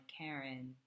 Karen